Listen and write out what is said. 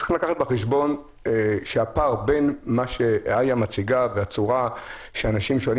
צריך לקחת בחשבון שהפער בין מה שאיה מציגה והצורה ששואלים